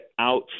out